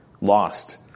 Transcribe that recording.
lost